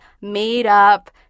made-up